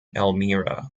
elmira